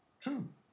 true